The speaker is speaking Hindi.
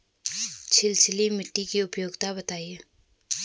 छिछली मिट्टी की उपयोगिता बतायें?